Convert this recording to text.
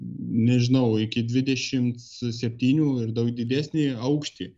nežinau iki dvidešimt septynių ir daug didesnį aukštį